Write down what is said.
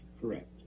correct